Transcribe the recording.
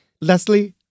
Leslie